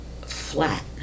flat